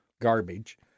garbage